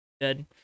good